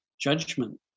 judgment